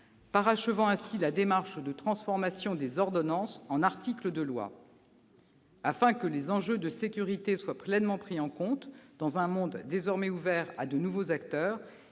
parachevant ainsi la démarche de remplacement des ordonnances par des articles de loi. Afin que les enjeux de sécurité soient pleinement pris en compte dans un monde désormais ouvert à de nouveaux acteurs,